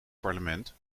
parlement